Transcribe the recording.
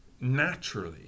naturally